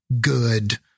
good